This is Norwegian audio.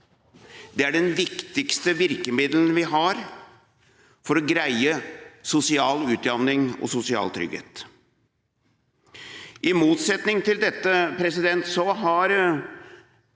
Det er det viktigste virkemiddelet vi har for å greie sosial utjamning og sosial trygghet. I motsetning til dette har